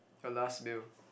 your last meal